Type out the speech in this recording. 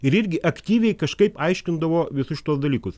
ir irgi aktyviai kažkaip aiškindavo visus šituos dalykus